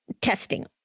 testing